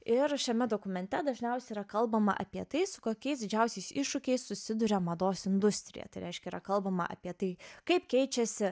ir šiame dokumente dažniausiai yra kalbama apie tai su kokiais didžiausiais iššūkiais susiduria mados industrija tai reiškia yra kalbama apie tai kaip keičiasi